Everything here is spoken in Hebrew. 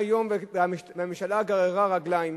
והממשלה גררה רגליים